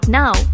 now